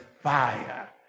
fire